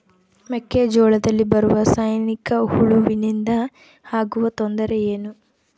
ಮೆಕ್ಕೆಜೋಳದಲ್ಲಿ ಬರುವ ಸೈನಿಕಹುಳುವಿನಿಂದ ಆಗುವ ತೊಂದರೆ ಏನು?